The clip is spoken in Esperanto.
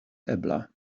ebla